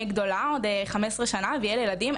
גדולה עוד חמש עשרה שנה ויהיה לי ילדים,